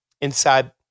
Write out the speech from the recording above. inside